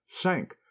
sank